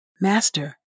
Master